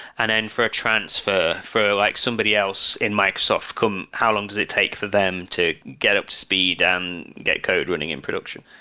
and then for a transfer for like somebody else in microsoft, how long does it take for them to get up to speed and get code running in production?